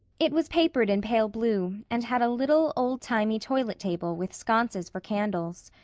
it was papered in pale blue and had a little, old-timey toilet table with sconces for candles.